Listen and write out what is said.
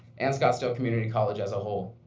and scottsdale community college as a whole.